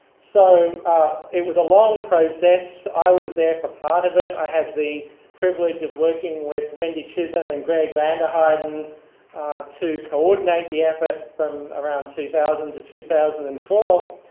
so it was a long process. i was there for part of it. i had the privilege of working with wendy chisholm and gregg vanderheiden to coordinate the effort from around two thousand to two thousand and four.